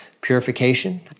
purification